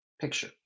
picture